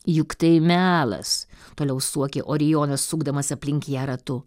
juk tai melas toliau suokė orijonas sukdamas aplink ją ratu